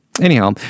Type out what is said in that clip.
Anyhow